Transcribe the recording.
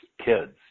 kids